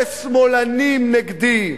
אלה שמאלנים נגדי.